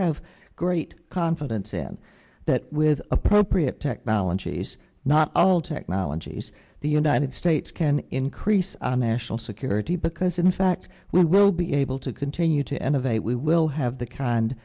have great confidence in that with appropriate technologies not all technologies the united states can increase our national security because in fact we will be able to continue to innovate we will have the kind